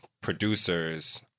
producers